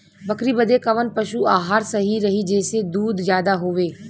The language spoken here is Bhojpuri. बकरी बदे कवन पशु आहार सही रही जेसे दूध ज्यादा होवे?